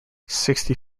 sixty